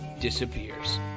disappears